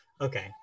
okay